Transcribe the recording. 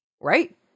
right